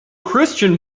christian